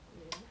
ya